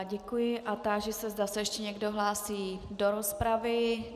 Děkuji a táži se, zda se ještě někdo hlásí do rozpravy.